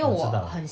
我知道